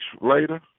later